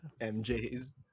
mj's